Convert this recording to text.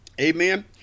Amen